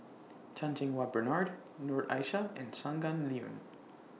Chan Cheng Wah Bernard Noor Aishah and Shangguan Liuyun